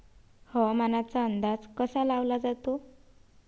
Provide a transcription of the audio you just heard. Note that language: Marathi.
हवामानाचा अंदाज कसा लावला जाते?